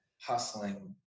hustling